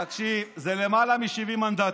תקשיב, זה למעלה מ-70 מנדטים.